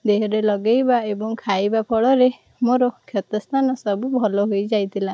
ଦେହରେ ଲଗେଇବା ଏବଂ ଖାଇବା ଫଳରେ ମୋର କ୍ଷତ ସ୍ଥାନ ସବୁ ଭଲ ହୋଇଯାଇଥିଲା